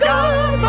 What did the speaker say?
God